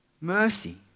mercy